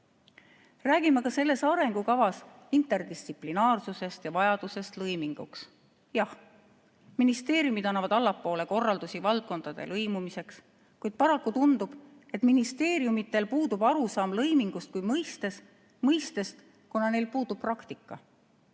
Räägime ka selles arengukavas interdistsiplinaarsusest ja lõimingu vajadusest. Jah, ministeeriumid annavad allapoole korraldusi valdkondade lõimumiseks, kuid paraku tundub, et ministeeriumidel puudub arusaam lõimingust kui mõistest, kuna neil puudub praktika.